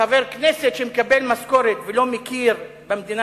חבר כנסת שמקבל משכורת ולא מכיר במדינה